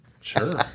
Sure